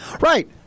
Right